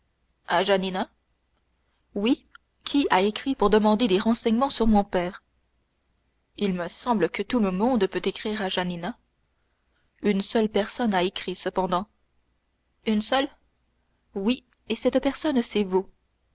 oui qui a écrit pour demander des renseignements sur mon père il me semble que tout le monde peut écrire à janina une seule personne a écrit cependant une seule oui et cette personne c'est vous